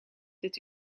dit